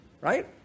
right